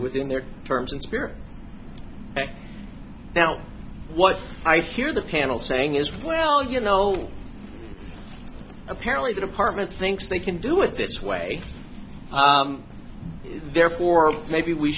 within their terms and spirit now what i fear the panel saying is well you know apparently the department thinks they can do it this way therefore maybe we